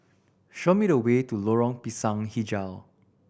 show me the way to Lorong Pisang Hijau